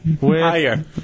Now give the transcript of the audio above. Higher